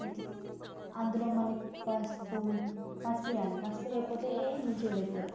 ఇట్లా అందులో మళ్ళీ పసుపు పసుపు వేయాలే పసుపు వేయకపోతే మంచిగుండదు కూర